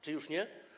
Czy już nie?